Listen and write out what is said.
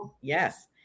yes